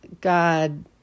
God